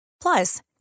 Plus